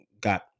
got